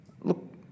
Look